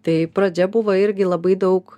tai pradžia buvo irgi labai daug